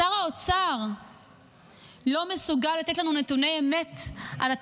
שר האוצר לא מסוגל לתת לנו נתוני אמת על התקציב,